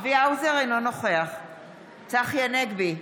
צחי הנגבי,